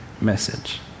message